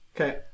Okay